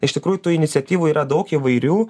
iš tikrųjų tų iniciatyvų yra daug įvairių